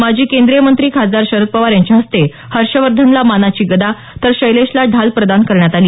माजी केंद्रीय मंत्री खासदार शरद पवार यांच्या हस्ते हर्षवर्धनला मानाची गदा तर शैलेशला ढाल प्रदान करण्यात आली